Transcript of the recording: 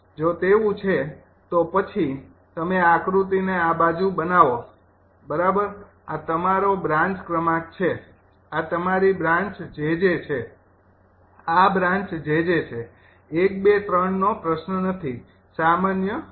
જો તેવું છે તો પછી તમે આ આકૃતિને આ બાજુ બનાવો બરાબર આ તમારો બ્રાન્ચ ક્રમાંક છે આ તમારી બ્રાન્ચ 𝑗𝑗 છે આ બ્રાન્ચ 𝑗𝑗 છે ૧ ૨ ૩ નો પ્રશ્ન નથી સામાન્ય 𝑗𝑗